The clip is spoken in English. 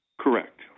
Correct